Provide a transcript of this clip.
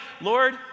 Lord